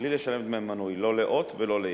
בלי לשלם דמי מנוי, לא ל"הוט" ולא ל-yes.